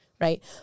right